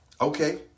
Okay